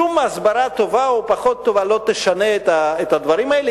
שום הסברה טובה או פחות טובה לא תשנה את הדברים האלה,